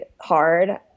hard